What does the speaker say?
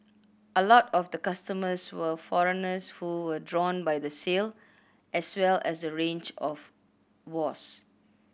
a lot of the customers were foreigners who were drawn by the sale as well as the range of wares